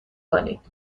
کنید